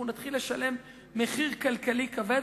אנחנו נתחיל לשלם מחיר כלכלי כבד.